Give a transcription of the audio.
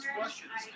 questions